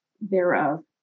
thereof